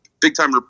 big-time